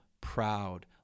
proud